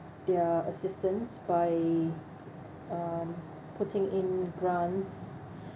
their assistance by putting in grants